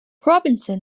robinson